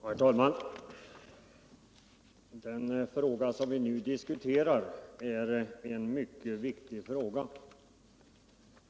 Herr talman! Den fråga som vi nu diskuterar är mycket viktig.